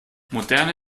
moderne